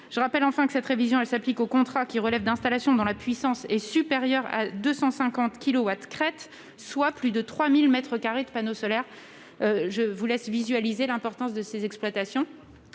je rappelle que cette révision s'applique aux contrats qui relèvent d'installations dont la puissance est supérieure à 250 kilowatts-crête, soit plus de 3 000 mètres carrés de panneaux solaires- je vous laisse imaginer l'importance de ces exploitations